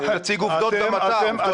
רק להציג עובדות גם אתה.